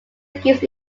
gives